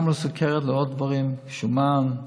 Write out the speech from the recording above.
גם לסוכרת, לעוד דברים, שומן,